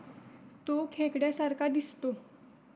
तो खेकड्या सारखा दिसतो